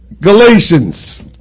Galatians